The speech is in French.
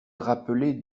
rappelée